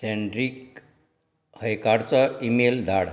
सँड्रीक हयकारचो इमेल धाड